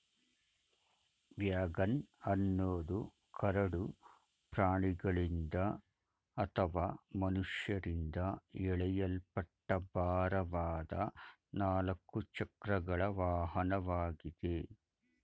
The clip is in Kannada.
ವ್ಯಾಗನ್ ಅನ್ನೋದು ಕರಡು ಪ್ರಾಣಿಗಳಿಂದ ಅಥವಾ ಮನುಷ್ಯರಿಂದ ಎಳೆಯಲ್ಪಟ್ಟ ಭಾರವಾದ ನಾಲ್ಕು ಚಕ್ರಗಳ ವಾಹನವಾಗಿದೆ